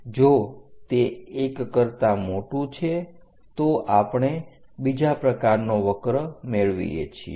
જો તે 1 કરતા મોટું છે તો આપણે બીજા પ્રકારનો વક્ર મેળવીએ છીએ